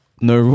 No